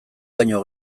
baino